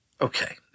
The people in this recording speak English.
Okay